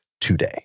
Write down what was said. today